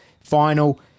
final